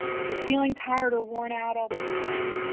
if you're feeling tired or worn out all the time.